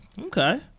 Okay